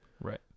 Right